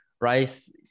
Rice